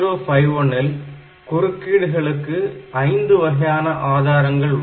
8051 ல் குறுக்கீடுகளுக்கு ஐந்து வகையான ஆதாரங்கள் உண்டு